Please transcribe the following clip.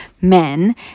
men